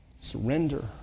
Surrender